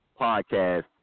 podcast